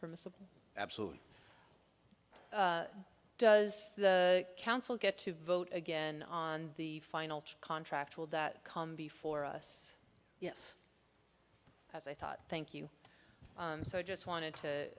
permissible absolutely does the council get to vote again on the final contract will that come before us yes as i thought thank you so i just wanted to